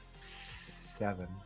seven